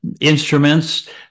instruments